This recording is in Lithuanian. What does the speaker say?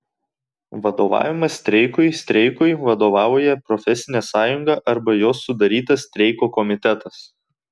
vadovavimas streikui streikui vadovauja profesinė sąjunga arba jos sudarytas streiko komitetas